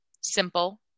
simple